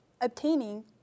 obtaining